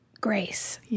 grace